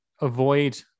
avoid